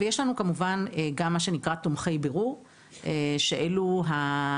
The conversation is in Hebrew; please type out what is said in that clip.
יש לנו כמובן גם מה שנקרא תומכי בירור שהוא הצוות